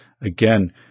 again